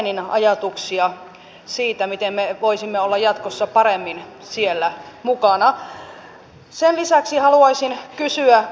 hyvät ministerit tilanne on hyvin vakava niiden ihmisten osalta jotka ovat jo kaikkein vaikeimmassa asemassa